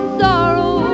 sorrow